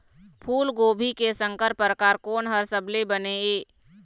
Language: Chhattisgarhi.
फूलगोभी के संकर परकार कोन हर सबले बने ये?